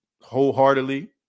wholeheartedly